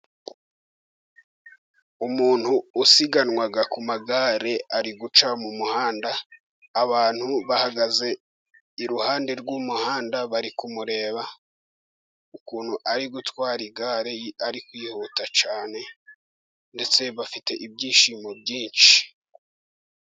Umuntu usiganwa ku magare ari guca mu muhanda, abantu bahagaze iruhande rw'umuhanda bari kumureba ukuntu ari gutwara igare, ari kwihuta cyane ndetse bafite ibyishimo byinshi.